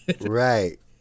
Right